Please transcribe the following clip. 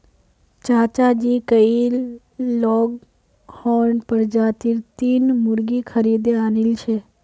चाचाजी कइल लेगहॉर्न प्रजातीर तीन मुर्गि खरीदे आनिल छ